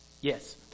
Yes